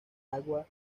agua